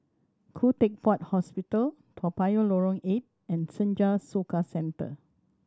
Khoo Teck Puat Hospital Toa Payoh Lorong Eight and Senja Soka Centre